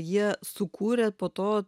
jie sukūrė po to